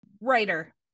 writer